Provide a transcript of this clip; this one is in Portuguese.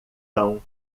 tão